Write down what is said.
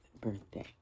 birthday